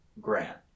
Grant